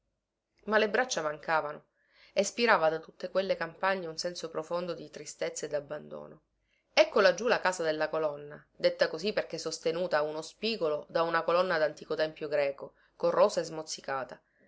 ma le braccia mancavano e spirava da tutte quelle campagne un senso profondo di tristezza e dabbandono ecco laggiù la casa della colonna detta così perché sostenuta a uno spigolo da una colonna dantico tempio greco corrosa e smozzicata